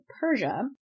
Persia